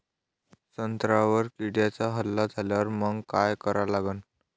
संत्र्यावर किड्यांचा हल्ला झाल्यावर मंग काय करा लागन?